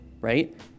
right